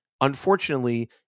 unfortunately